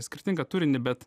skirtingą turinį bet